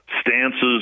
stances